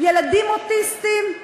ילדים אוטיסטים.